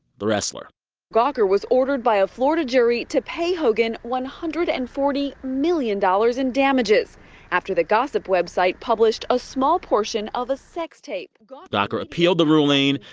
the wrestler gawker was ordered by a florida jury to pay hogan one hundred and forty million dollars in damages after the gossip website published a small portion of a sex tape gawker gawker appealed the ruling.